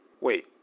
Wait